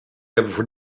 hebben